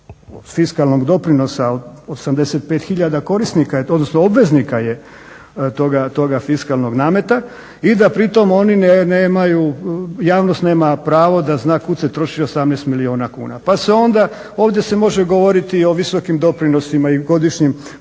fiskalnog doprinosa 85000 korisnika je, odnosno obveznika je toga fiskalnog nameta i da pritom javnost nema pravo da zna kud se troši 18 milijuna kuna. Pa se onda, ovdje se može govoriti o visokim doprinosima i godišnjim